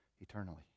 eternally